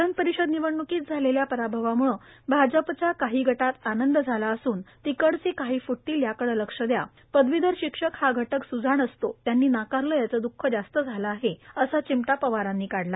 विधान परिषद निवडणुकीत झालेल्या पराभावामुळे भाजपच्या काही गटात आनंद झाला असून तिकडचे काही फुटतील याकडे लक्ष द्या पदवीधर शिक्षक हा घटक सुजाण असतो त्यांनी नाकारले नाकारले याच द्ःख जास्त झालंय असा चिमटा पवारांनी काढला